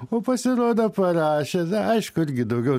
o pasirodo parašęs aišku irgi daugiau